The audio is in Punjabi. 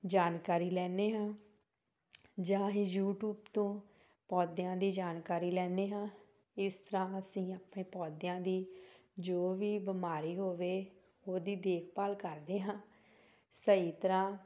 ਜਾਣਕਾਰੀ ਲੈਂਦੇ ਹਾਂ ਜਾਂ ਅਸੀਂ ਯੂਟਿਊਬ ਤੋਂ ਪੌਦਿਆਂ ਦੀ ਜਾਣਕਾਰੀ ਲੈਂਦੇ ਹਾਂ ਇਸ ਤਰ੍ਹਾਂ ਅਸੀਂ ਆਪਣੇ ਪੌਦਿਆਂ ਦੀ ਜੋ ਵੀ ਬਿਮਾਰੀ ਹੋਵੇ ਉਹਦੀ ਦੇਖਭਾਲ ਕਰਦੇ ਹਾਂ ਸਹੀ ਤਰ੍ਹਾਂ